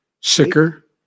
sicker